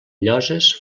lloses